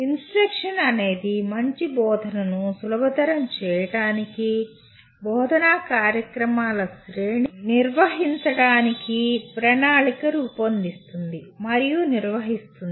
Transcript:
instruction అనేది మంచి బోధనను సులభతరం చేయడానికి బోధనా కార్యక్రమాల శ్రేణిని నిర్వహించడానికి ప్రణాళిక రూపొందిస్తుంది మరియు నిర్వహిస్తుంది